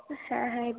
হ্যাঁ হ্যাঁ এই